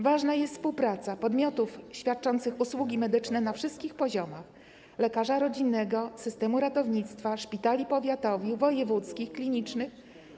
Ważna jest współpraca podmiotów świadczących usługi medyczne na wszystkich poziomach, czyli lekarza rodzinnego, systemu ratownictwa, szpitali powiatowych, wojewódzkich, klinicznych.